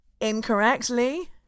Incorrectly